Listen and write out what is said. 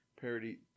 parody